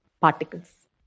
particles